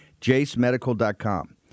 JaceMedical.com